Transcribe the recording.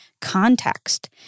context